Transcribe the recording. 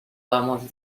vamos